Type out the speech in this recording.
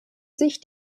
sich